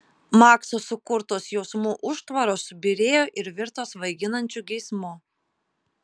makso sukurtos jausmų užtvaros subyrėjo ir virto svaiginančiu geismu